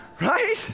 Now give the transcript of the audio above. right